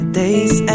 days